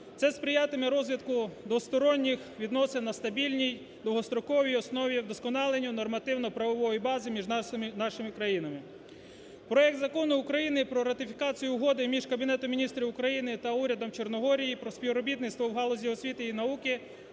Це сприятиме розвитку двосторонніх відносин на стабільній довгостроковій основі, вдосконаленню нормативно-правової бази між нашими країнами. Проект Закону України про ратифікацію угоди між Кабінетом Міністрів України та урядом Чорногорії про співробітництво в галузі освіти і науки